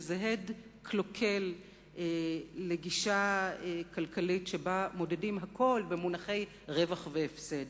וזה הד קלוקל לגישה כלכלית שבה מודדים הכול במונחי רווח והפסד.